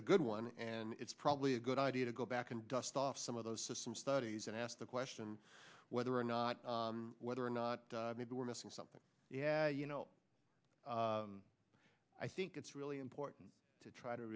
a good one and it's probably a good idea to go back and dust off some of those systems studies and ask the question whether or not whether or not maybe we're missing something you know i think it's really important to try to